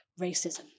racism